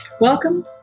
Welcome